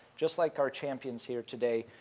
just like our champions here today,